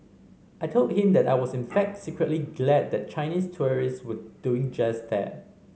I told him that I was in fact secretly glad that Chinese tourist were doing just that